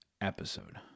episode